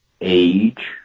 age